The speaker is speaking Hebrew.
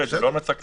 זאת לא המלצה כללית,